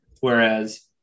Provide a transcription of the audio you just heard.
whereas